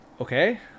Okay